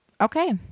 Okay